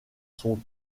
son